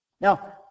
Now